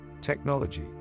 technology